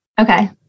Okay